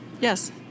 Yes